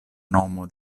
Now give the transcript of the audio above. nomo